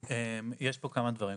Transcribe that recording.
יש פה כמה דברים.